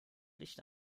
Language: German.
licht